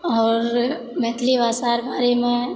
आओर मैथिलि भाषाके बारेमे